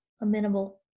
amenable